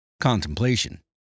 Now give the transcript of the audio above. Contemplation